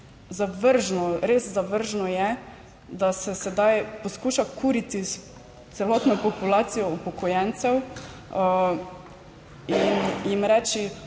res zavržno je, da se sedaj poskuša kuriti s celotno populacijo upokojencev in jim reči,